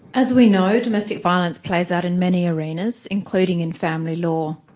as we know, domestic violence plays out in many arenas, including in family law.